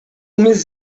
umiesz